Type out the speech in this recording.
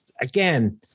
again